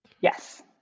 Yes